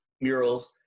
murals